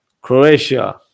Croatia